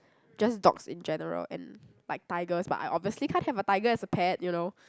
just dogs in general and like tigers but I obviously can't have a tiger as a pet you know